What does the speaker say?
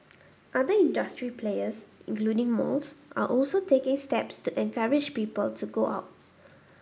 other industry players including malls are also taking steps to encourage people to go out